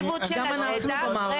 כלום.